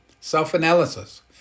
self-analysis